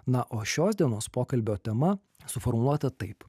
na o šios dienos pokalbio tema suformuluota taip